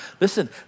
listen